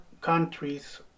countries